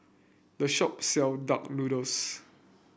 the shop sell Duck Noodles